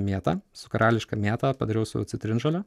mėta su karališka mėta padariau su citrinžole